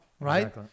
Right